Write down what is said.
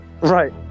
Right